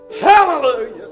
Hallelujah